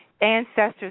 ancestors